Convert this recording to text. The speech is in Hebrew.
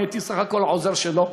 אני הייתי בסך הכול העוזר שלו,